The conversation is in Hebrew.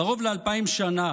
קרוב לאלפיים שנה